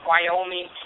Wyoming